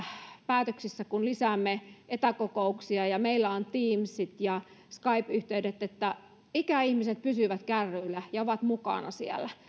päätöksissä kun lisäämme etäkokouksia ja meillä on teamsit ja skype yhteydet ikäihmiset pysyvät kärryillä ja ovat mukana siellä